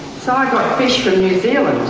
so i got fish from new zealand.